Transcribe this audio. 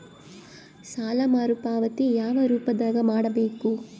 ಸಾಲ ಮರುಪಾವತಿ ಯಾವ ರೂಪದಾಗ ಮಾಡಬೇಕು?